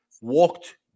walked